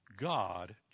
God